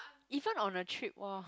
even on a trip !woah!